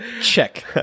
Check